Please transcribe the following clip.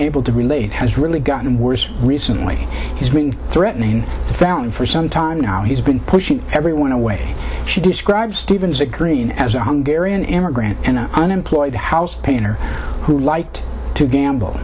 able to relate has really gotten worse recently he's been threatening fountain for some time now he's been pushing everyone away she describes stephen's a green as a hunger an immigrant and unemployed house painter who liked to gamble